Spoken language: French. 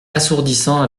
assourdissant